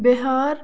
Bihar